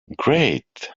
great